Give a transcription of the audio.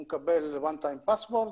הוא מקבל one time password,